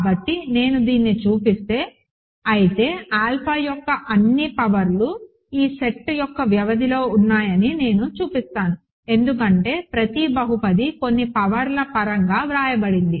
కాబట్టి నేను దీన్ని చూపిస్తే అయితే ఆల్ఫా యొక్క అన్ని పవర్ ఈ సెట్ యొక్క వ్యవధిలో ఉన్నాయని నేను చూపిస్తాను ఎందుకంటే ప్రతి బహుపది కొన్ని పవర్ ల పరంగా వ్రాయబడింది